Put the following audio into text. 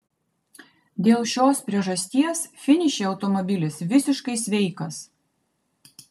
dėl šios priežasties finiše automobilis visiškai sveikas